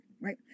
Right